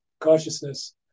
consciousness